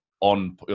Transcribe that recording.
on